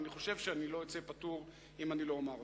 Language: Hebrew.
ואני חושב שלא אצא פטור אם לא אומר זאת.